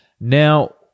Now